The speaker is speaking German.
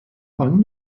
rang